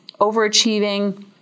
overachieving